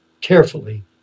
carefully